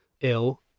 ill